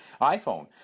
iPhone